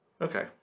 Okay